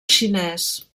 xinès